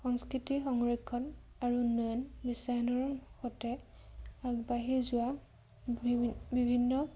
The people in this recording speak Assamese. সংস্কৃতি সংৰক্ষণ আৰু উন্নয়ন বিশ্বায়নৰ সৈতে আগবাঢ়ি যোৱা বিভিন্ন